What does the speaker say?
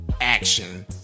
action